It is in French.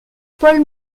paul